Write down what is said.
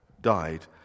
died